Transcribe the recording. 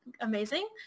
amazing